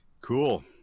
Cool